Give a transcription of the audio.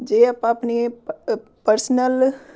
ਜੇ ਆਪਾਂ ਆਪਣੇ ਪ ਪਰਸਨਲ